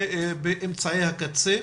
אבל אנחנו מבטיחים שנתייחס במלוא הרצינות,